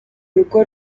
rugo